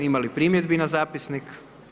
Ima li primjedbi na zapisnik?